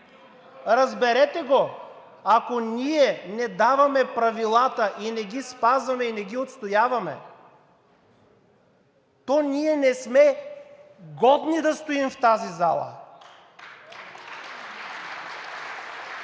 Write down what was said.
Разберете го! Ако не даваме правилата и не ги спазваме, и не ги отстояваме, то ние не сме годни да стоим в тази зала.